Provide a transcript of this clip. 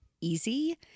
easy